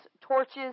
torches